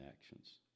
actions